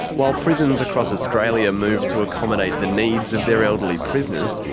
while prisons across australia move to accommodate the needs of their elderly prisoners,